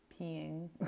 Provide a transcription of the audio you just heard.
peeing